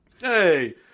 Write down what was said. hey